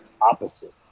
opposite